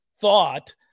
thought